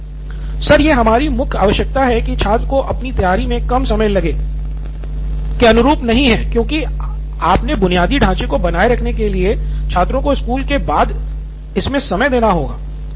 Siddharth Maturi sir ये हमारी मुख्य आवश्यकता की छात्र को अपनी तैयारी मे कम समय लगे के अनुरूप नहीं है क्योकि अपने बुनियादी ढांचे को बनाए रखने के लिए छात्रों को स्कूल के बाद इसमे समय देना होगा